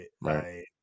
right